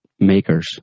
makers